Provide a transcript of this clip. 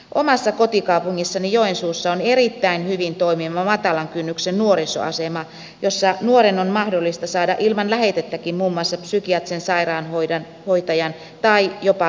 omassa kotikaupungissani joensuussa on erittäin hyvin toimiva matalan kynnyksen nuorisoasema jossa nuoren on mahdollista saada ilman lähetettäkin muun muassa psykiatrisen sairaanhoitajan tai jopa lääkärin palveluja